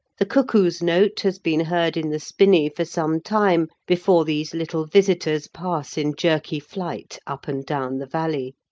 the cuckoo's note has been heard in the spinney for some time before these little visitors pass in jerky flight up and down the valley.